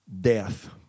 death